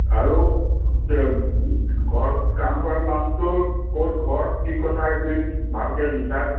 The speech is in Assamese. আৰু ঘৰত কাম কৰা মানুহটোৰ ক'ত ঘৰ কি কথা ভালকৈ লিখাই